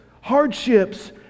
hardships